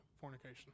fornication